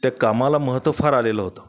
त्या कामाला महत्त्व फार आलेलं होतं